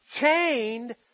chained